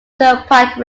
turnpike